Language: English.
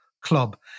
club